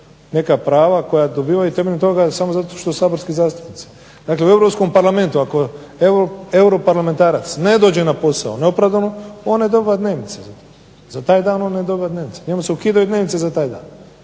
neka prava koja dobivaju temeljem toga samo zato što su saborski zastupnici. Dakle u Europskom Parlamentu, ako europarlamentarac ne dođe na posao neopravdano on ne dobiva dnevnice, za taj dan on ne dobiva dnevnice, njemu se ukidaju dnevnice za taj dan,